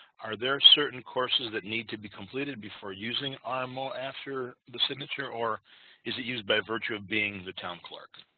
are there certain courses that need to be completed before using um rmo after the signature, or is it used by virtue of being the town clerk?